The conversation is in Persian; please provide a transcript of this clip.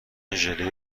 ژله